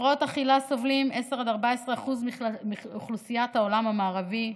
מהפרעות אכילה סובלים 10% 14% מכלל אוכלוסיית העולם המערבי,